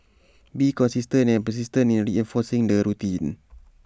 be consistent and persistent in reinforcing the routine